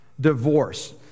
divorce